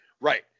right